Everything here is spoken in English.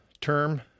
term